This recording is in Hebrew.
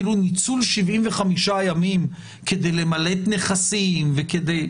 כאילו ניצול 75 הימים כדי למלט נכסים וכולי,